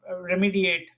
remediate